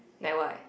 like what